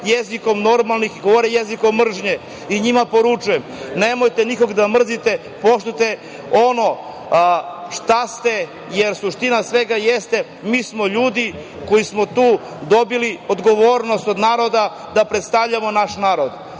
jezikom normalnih, koji govore jezikom mržnje, njima poručujem, nemojte nikog da mrzite, poštujte ono šta ste, jer suština svega jeste, mi smo ljudi koji smo dobili odgovornost od naroda da predstavljamo naš narod. Kao